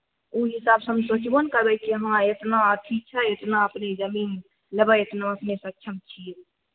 ओ हिसाब सऽ हम सोचबो ने करबै कि हॅं एतना अथी छै एतना अपने जमीन लेबै एतना अपने सक्षम छियै